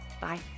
Bye